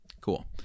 cool